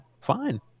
fine